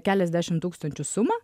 keliasdešimt tūkstančių sumą